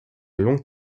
longue